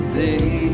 day